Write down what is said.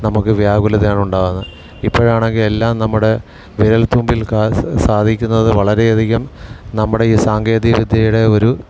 നമുക്ക് വ്യാകുലതയാണുണ്ടാവുന്നത് ഇപ്പോഴാണെങ്കിൽ എല്ലാം നമ്മുടെ വിരൽ തുമ്പിൽ സാധിക്കുന്നത് വളരെ അധികം നമ്മുടെ ഈ സാങ്കേതിക വിദ്യയുടെ ഒരു